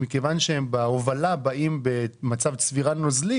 מכיוון שבהובלה הם באים במצב צבירה נוזלי